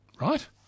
right